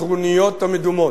הטרוניות המדומות.